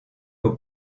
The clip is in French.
aux